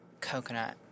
Coconut